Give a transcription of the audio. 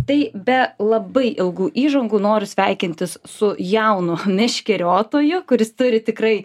tai be labai ilgų įžangų noriu sveikintis su jaunu meškeriotoju kuris turi tikrai